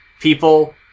people